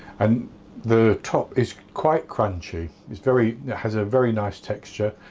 and the top is quite crunchy, it's very, it has a very nice texture.